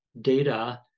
data